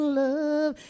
love